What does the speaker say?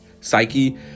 psyche